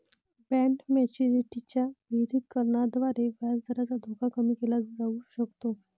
bond maturity च्या विविधीकरणाद्वारे व्याजदराचा धोका कमी केला जाऊ शकतो